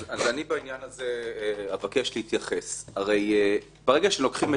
אני מנסה לומר כמה דברים: כשהפגיעה היא